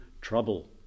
trouble